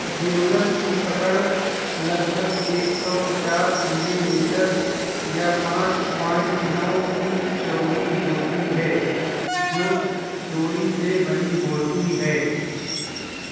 javelin کی پکڑ لگ بھگ ایک سو پچاس ملی میٹر یا پانچ پوائنٹ نو انچ چوڑی ہوتی ہے جو ڈوری سے بنی ہوتی ہے